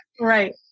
right